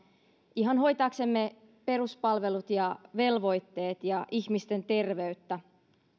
ihan hoitaaksemme peruspalvelut ja velvoitteet ja ihmisten terveyttä